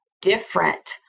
different